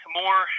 more